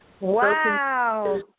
Wow